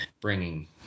bringing